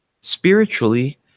spiritually